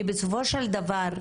כי בסופו של דבר,